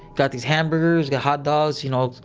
got these hamburgers, got hot dogs. you know,